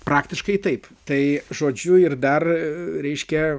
praktiškai taip tai žodžiu ir dar reiškia